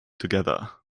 together